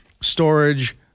storage